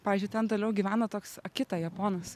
pavyzdžiui ten toliau gyvena toks akita japonas